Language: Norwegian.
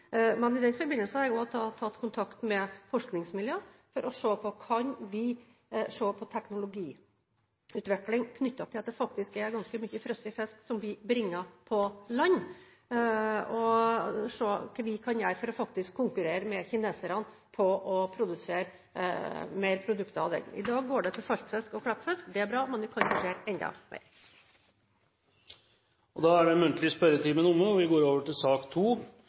Men i den forbindelse har jeg da også tatt kontakt med forskningsmiljø for å se på om vi kan se på teknologiutvikling, knyttet til at det faktisk er ganske mye frossenfisk som blir brakt på land – se hva vi kan gjøre for å konkurrere med kineserne om å produsere flere produkter av den. I dag går det til saltfisk og klippfisk. Det er bra, men vi kan produsere enda mer. Dermed er den muntlige spørretimen omme. Etter ønske fra næringskomiteen vil presidenten foreslå at sakene nr. 2–4 blir behandlet under ett – og